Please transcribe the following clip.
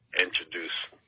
introduce